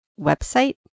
website